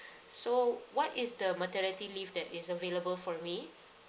so what is the maternity leave that is available for me